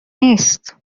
نیست